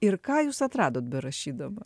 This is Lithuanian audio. ir ką jūs atradot berašydama